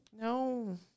no